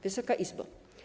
Wysoka Izbo!